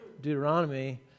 Deuteronomy